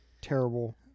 terrible